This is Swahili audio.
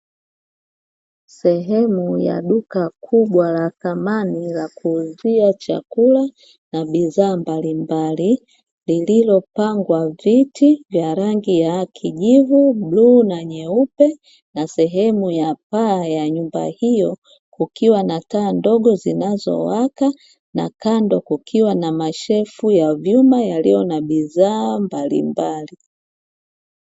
Sehemu ya duka kubwa la samani la kuuzia chakula na bidhaa mbalimbali, lililopangwa viti vya rangi ya kijivu, bluu na nyeupe, na sehemu ya paa ya nyumba hiyo kukiwa na taa ndogo zinazowaka, na kando kukiwa na mashelfu ya vyuma yaliyo na bidhaa mbalimbali.